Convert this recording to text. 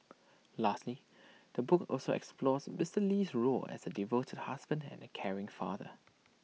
lastly the book also explores Mister Lee's role as A devoted husband and caring father